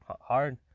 hard